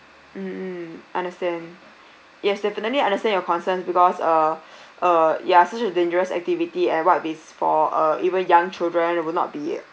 mm understand yes definitely understand your concern because uh uh ya such a dangerous activity and what if it's for uh even young children will not be